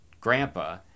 grandpa